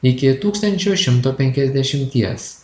iki tūkstančio šimto penkiasdešimties